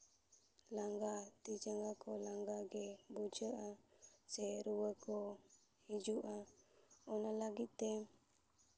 ᱞᱟᱸᱜᱟ ᱛᱤ ᱡᱟᱸᱜᱟ ᱠᱚ ᱞᱟᱸᱜᱟ ᱜᱮ ᱵᱩᱡᱷᱟᱹᱜᱼᱟ ᱥᱮ ᱨᱩᱣᱟᱹ ᱠᱚ ᱦᱤᱡᱩᱜᱼᱟ ᱚᱱᱟ ᱞᱟᱹᱜᱤᱫ ᱛᱮ